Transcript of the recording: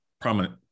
prominent